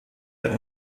der